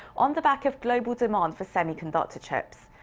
on the back of global demand for semiconductor chips.